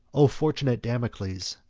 o fortunate damocles,